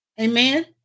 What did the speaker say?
Amen